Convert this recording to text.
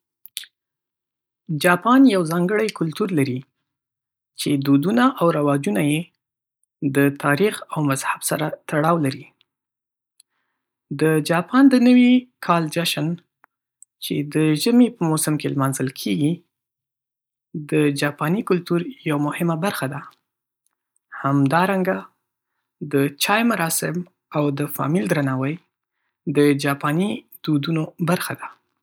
جاپان یو ځانګړی کلتور لري چې دودونه او رواجونه یې د تاریخ او مذهب سره تړاو لري. د جاپان د نوي کال جشن، چې د ژمي په موسم کې لمانځل کېږي، د جاپاني کلتور یوه مهمه برخه ده. همدارنګه، د چای مراسم او د فامیل درناوی د جاپاني دودونو برخه دي.